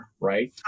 right